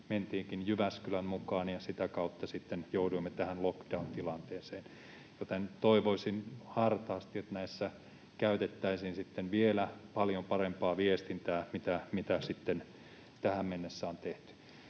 mentiinkin Jyväskylän mukaan ja sitä kautta sitten jouduimme tähän lockdown-tilanteeseen. Joten toivoisin hartaasti, että näissä käytettäisiin sitten vielä paljon parempaa viestintää kuin tähän mennessä on tehty.